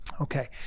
Okay